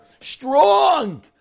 Strong